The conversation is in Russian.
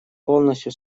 полностью